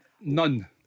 None